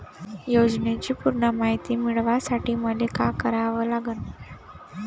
योजनेची पूर्ण मायती मिळवासाठी मले का करावं लागन?